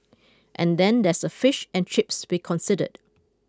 and then there's the fish and chips to be considered